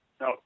No